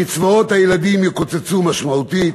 קצבאות הילדים יקוצצו משמעותית,